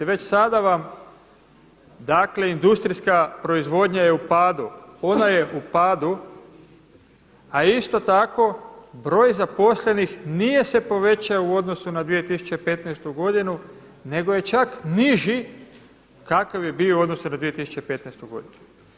Već sada vam dakle industrijska proizvodnja je u padu, ona je u padu, a isto tako broj zaposlenih nije se povećao u odnosu na 2015. godinu, nego je čak niži kakav je bio u odnosu na 2015. godinu.